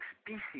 species